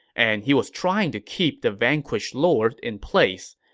and he was trying to keep the vanquished lord in place.